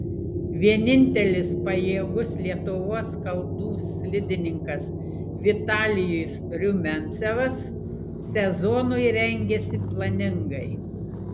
vienintelis pajėgus lietuvos kalnų slidininkas vitalijus rumiancevas sezonui rengiasi planingai